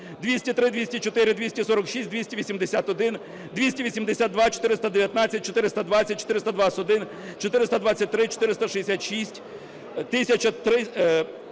203, 204, 246, 281, 282, 419, 420, 421, 423, 466, 621,